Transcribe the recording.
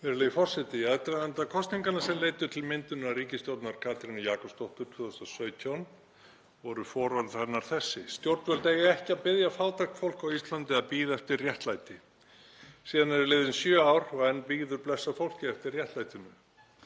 Í aðdraganda kosninganna sem leiddu til myndunar ríkisstjórnar Katrínar Jakobsdóttur 2017 voru fororð hennar þessi: „Stjórnvöld eiga ekki að biðja fátækt fólk á Íslandi að bíða eftir réttlæti.“ Síðan eru liðin sjö ár og enn bíður blessað fólkið eftir réttlætinu.